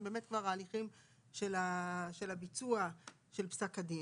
באמת כבר ההליכים של הביצוע של פסק הדין,